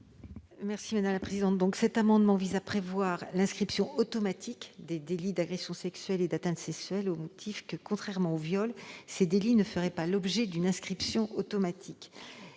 l'avis de la commission ? Cet amendement vise à prévoir l'inscription automatique des délits d'agression sexuelle et d'atteinte sexuelle au motif que, contrairement aux viols, ces délits ne feraient pas l'objet d'une inscription automatique.